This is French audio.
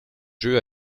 jeux